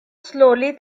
slowly